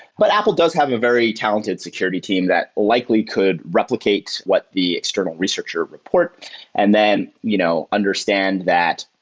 but apple does have a very talented security team that likely could replicate what the external researcher report and then you know understand that,